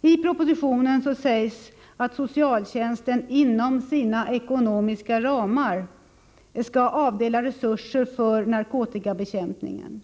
I propositionen sägs att socialtjänsten ”inom sina ekonomiska ramar” skall avdela resurser för narkotikabekämpningen.